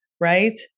right